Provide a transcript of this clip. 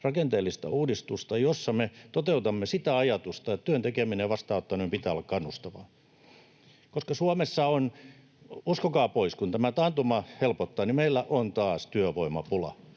rakenteellista uudistusta, jossa me toteutamme sitä ajatusta, että työn tekemisen ja vastaanottamisen pitää olla kannustavaa. Koska Suomessa on, uskokaa pois, kun tämä taantuma helpottaa, taas työvoimapula,